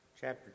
chapter